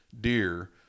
deer